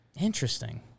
Interesting